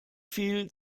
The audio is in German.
viel